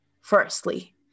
firstly